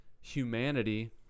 humanity